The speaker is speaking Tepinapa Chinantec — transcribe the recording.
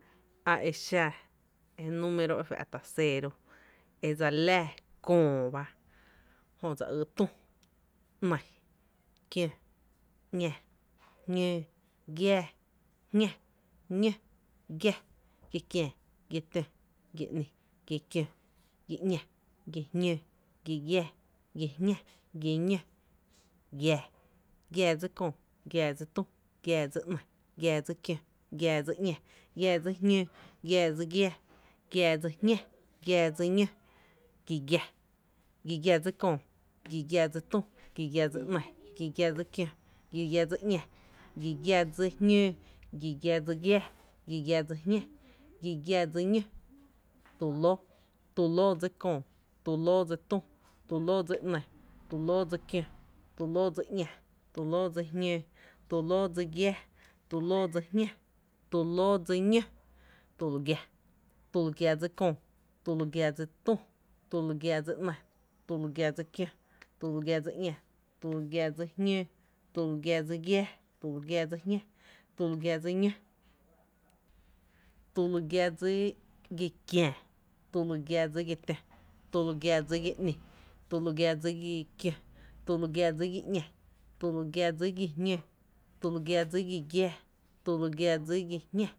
A e xa número e fá’tá’ cero e dsa le li láá köö ba jö dsa yy Tü, ‘ní, kiǿ, ‘ñá, jñóó, giaa, jñá, ñó, giá, giakiää, gia tǿ, gia ‘ni, gia kiǿ, gia ‘ñá, gia jñǿǿ, gi giaa, gia jñá, gia ñó, giaa, giaa dsí Köö, giaa dsí tü, giaa dsí ‘ní, giaa dsí kiǿ, giaa dsí ‘ñá, giaa dsí jñǿǿ, gia dsí giáá, gia dsí jñá, gia dsí ñó, gi giⱥ, gi giⱥ dsí köö, gi giⱥ dsí tü, gi giⱥ dsí ‘ni, gi giⱥ dsí kió, gi giⱥ dsí ‘ñá, gi giⱥ dsí jñǿǿ, gi giⱥ dsí giáá, gi giⱥ dsí jñá, gi giⱥ dsí ñó, tu lǿǿ, tu lǿǿ dsi köö, tu lǿǿ dsi tü, tu lǿǿ dsi ‘ni, tu lǿǿ dsi kió, tu lǿǿ dsi ‘ñá, tu lǿǿ dsi jñǿǿ, tu lǿǿ dsi giaa, tu lǿǿ dsi jñá, tu lǿǿ dsi ñó, tü lu giá, tü lu giá dsí köö, tü lu giá dsi tü, tü lu giá dsi ´ni, tü lu giá dsi kió, tü lu giá dsi ´ñá, tü lu giá dsi jñǿǿ, tü lu giá dsi giaa, tü lu giá dsi jñá, tü lu giá dsi ñó, tü lu gia dsi giá, tü lu gia dsi gia kiää, tü lu gia dsi gia tö, tü lu gia dsi gia ‘ni, tü lu gia dsi gia kió, tü lu gia dsi gia ‘ñá, tü lu gia dsi gia jñǿǿ, tü lu gia dsi gi giaa, tü lu gia dsi gia jñá